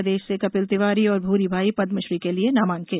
प्रदेश से कपिल तिवारी और भूरी बाई पद्मश्री के लिये नामांकित